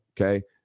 okay